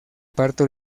parte